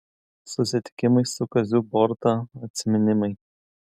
susitikimai su kaziu boruta atsiminimai